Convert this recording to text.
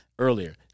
earlier